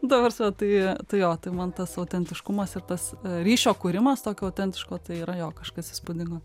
ta prasme tai tu jo tai man tas autentiškumas ir tas ryšio kūrimas tokio autentiško tai yra jo kažkas įspūdingo